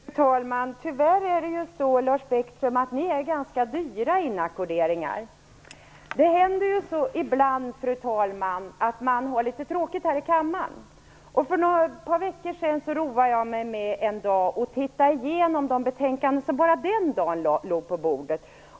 Fru talman! Tyvärr, Lars Bäckström, är ni ganska dyra inackorderingar. Det händer ibland, fru talman, att man har litet tråkigt här i kammaren. För ett par veckor sedan roade jag mig en dag med att titta igenom de betänkanden som bara den dagen låg på bordet.